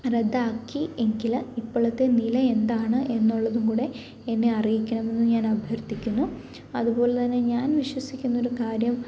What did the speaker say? റദ്ദാക്കി എങ്കിൽ ഇപ്പോഴത്തെ നില എന്താണ് എന്നുള്ളതും കൂടെ എന്നെ അറിയിക്കണമെന്ന് ഞാൻ അഭ്യർത്ഥിക്കുന്നു അതുപോലെത്തന്നെ ഞാൻ വിശ്വസിക്കുന്നൊരു കാര്യം